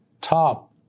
top